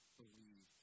believe